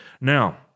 Now